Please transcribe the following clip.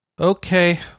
okay